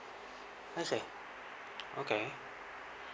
okay okay